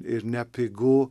ir nepigu